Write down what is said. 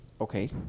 Okay